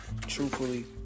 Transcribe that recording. truthfully